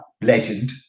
legend